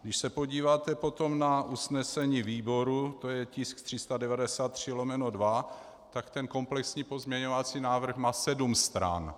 Když se podíváte potom na usnesení výboru, to je tisk 393/2, tak komplexní pozměňovací návrh má sedm stran.